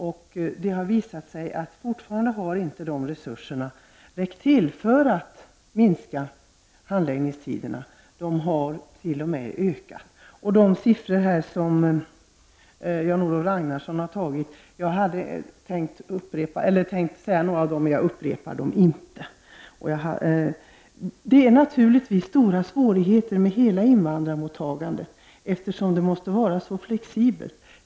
Men det har visat sig att resurserna fortfarande inte räckt till för att minska handläggningstiderna utan de har t.o.m. ökat. Jag skall inte upprepa de siffror som Det är naturligtvis stora svårigheter med hela invandrarmottagandet eftersom det måste vara så flexibelt.